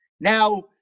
Now